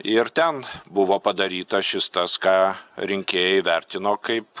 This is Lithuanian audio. ir ten buvo padaryta šis tas ką rinkėjai vertino kaip